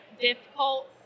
difficult